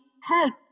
help